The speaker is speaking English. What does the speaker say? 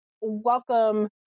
welcome